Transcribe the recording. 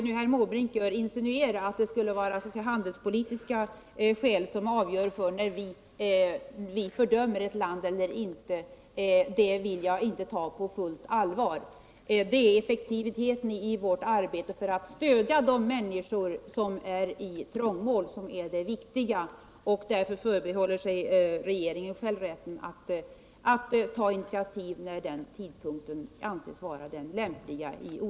Herr Måbrinks insinuation att det skulle vara handelspo förhållandena i Iran litiska skäl som avgör när vi fördömer ett land eller ej vill jag inte ta på fullt allvar. Det är effektiviteten i vårt arbete för att stödja de människor som är i trångmål som är det viktiga och därför förbehåller sig regeringen själv rätten att ta initiativ när tidpunkten i olika avseenden anses vara den lämpliga.